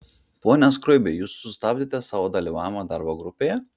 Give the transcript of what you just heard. pone skruibi jūs sustabdėte savo dalyvavimą darbo grupėje